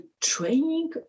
training